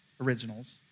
originals